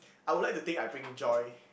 I would like to think I bring joy